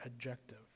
adjective